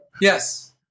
Yes